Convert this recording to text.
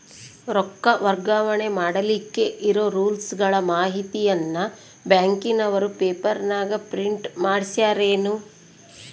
ರೊಕ್ಕ ವರ್ಗಾವಣೆ ಮಾಡಿಲಿಕ್ಕೆ ಇರೋ ರೂಲ್ಸುಗಳ ಮಾಹಿತಿಯನ್ನ ಬ್ಯಾಂಕಿನವರು ಪೇಪರನಾಗ ಪ್ರಿಂಟ್ ಮಾಡಿಸ್ಯಾರೇನು?